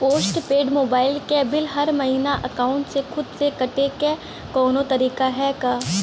Post paid mobile क bill हर महिना एकाउंट से खुद से कटे क कौनो तरीका ह का?